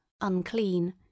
unclean